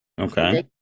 Okay